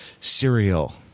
cereal